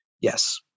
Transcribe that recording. Yes